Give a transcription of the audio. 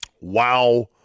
Wow